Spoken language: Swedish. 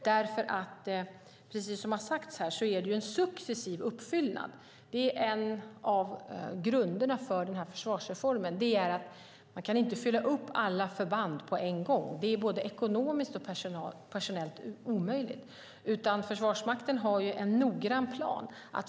Det är ju en successiv uppfyllnad. En av grunderna för försvarsreformen är att man inte kan fylla upp alla förband på en gång; det är både ekonomiskt och personellt omöjligt. Försvarsmakten har en noggrann plan.